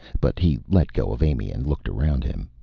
but he let go of amy and looked around him.